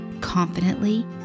confidently